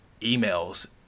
emails